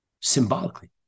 symbolically